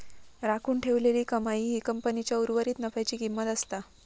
राखून ठेवलेली कमाई ही कंपनीच्या उर्वरीत नफ्याची किंमत असता